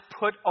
put